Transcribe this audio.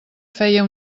feia